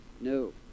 No